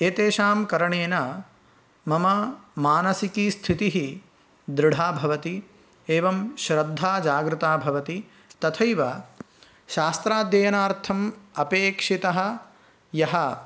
एतेषां करणेन मम मानसिकी स्थितिः दृढा भवति एवं श्रद्धा जागृता भवति तथैव शास्त्राध्ययनार्थम् अपेक्षितः यः